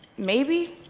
maybe?